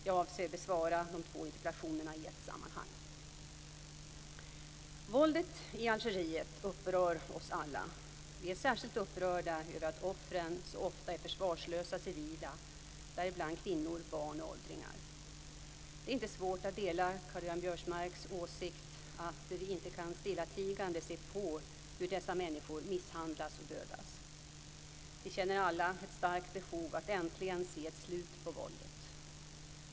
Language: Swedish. Jag avser att besvara de två interpellationerna i ett sammanhang. Våldet i Algeriet upprör oss alla. Vi är särskilt upprörda över att offren så ofta är försvarslösa civila, däribland kvinnor, barn och åldringar. Det är inte svårt att dela Karl-Göran Biörsmarks åsikt att vi inte kan stillatigande se på hur dessa människor misshandlas och dödas. Vi känner alla ett starkt behov att äntligen se ett slut på våldet.